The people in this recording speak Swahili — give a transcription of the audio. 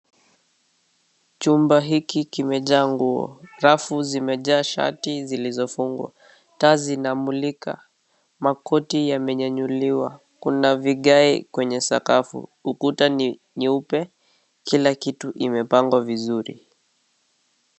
Chumba hiki kimejaa nguo. Rafu zimejaa shati zilizofungwa. Taa zinamulika. Makoti yamenyanyuliwa . Kuna vigae kwenye sakafu. Ukuta ni nyeupe . Kila kitu imepangwa vizuri .